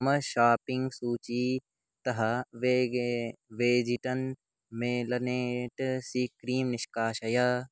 मम शाप्पिङ्ग् सूचीतः वेगे वेजिटल् मेलनैट् सी क्रीम् निष्कासय